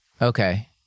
Okay